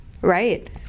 Right